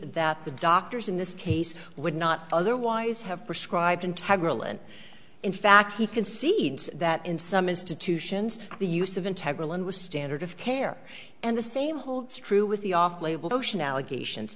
that the doctors in this case would not otherwise have prescribed integra when in fact he concedes that in some institutions the use of integra one was standard of care and the same holds true with the off label ocean allegations